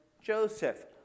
Joseph